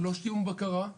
ללא שום בקרה,